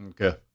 Okay